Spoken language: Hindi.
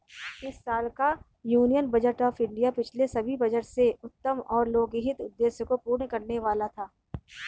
इस साल का यूनियन बजट ऑफ़ इंडिया पिछले सभी बजट से उत्तम और लोकहित उद्देश्य को पूर्ण करने वाला था